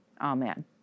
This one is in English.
Amen